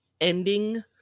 ending